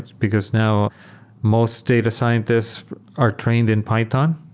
because now most data scientists are trained in python,